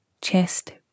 chest